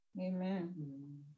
Amen